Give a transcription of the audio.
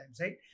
right